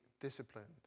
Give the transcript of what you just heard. disciplined